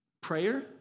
prayer